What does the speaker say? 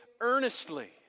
earnestly